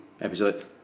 episode